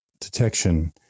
detection